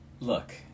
Look